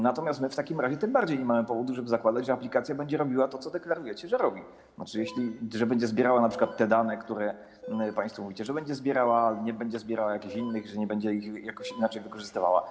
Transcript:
Natomiast my w takim razie tym bardziej nie mamy powodu, żeby zakładać, że aplikacja będzie robiła to, co deklarujecie, że robi, tzn. że będzie zbierała np. te dane, co do których państwo mówicie, że będzie zbierała, a nie będzie zbierała jakichś innych danych, że nie będzie ich jakoś inaczej wykorzystywała.